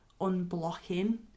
unblocking